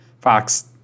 fox